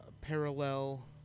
parallel